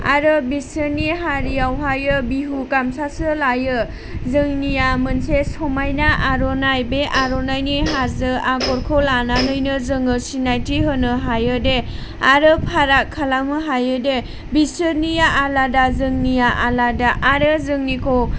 आरो बिसोरनि हारियावहायो बिहु गामसासो लायो जोंनिया मोनसे समायना आर'नाइ बे आर'नाइनि हाजो आगरखौ लानानै जोङो सिनायथि होनो हायोदि आरो फाराग खालामनो हायोदि बिसोरनिया आलादा जोंनिया आलादा आरो जोंनिखौ